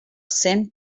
cent